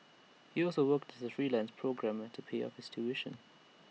he also worked as A freelance programmer to pay off his tuition